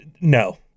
no